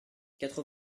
quatre